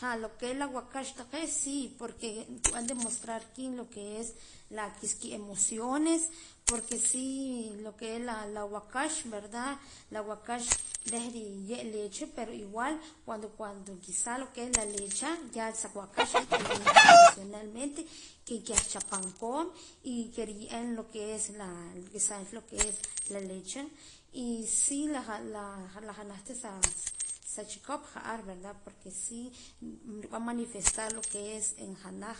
Jaa lo que es la waakax taqee' sí porque nkib'an demostrar qiib' lo que es la kiemociones porque sí lo que es la la waakax verda la waakax reh riye' lecha pero igual cuando inkisaa lo que es la lecha ya sa waakax rat'aliin cha emocionalmente que kah cha paam koon y que riye'eem lo que es la risaan cha la lecha y sí la janaj janaj sa chikop ja'ar verda porque sí rib'an manifestar lo que es en janaj